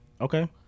okay